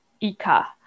ika